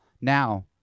now